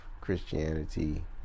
Christianity